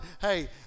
hey